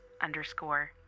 underscore